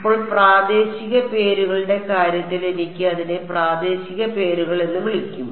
ഇപ്പോൾ പ്രാദേശിക പേരുകളുടെ കാര്യത്തിൽ എനിക്ക് അതിനെ പ്രാദേശിക പേരുകൾ എന്ന് വിളിക്കാം